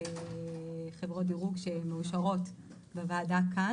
חברות דירוג שמאושרות בוועדת הכלכלה.